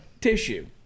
tissue